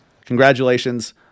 congratulations